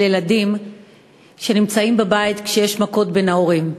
ילדים שמצאים בבית כשיש מכות בין ההורים.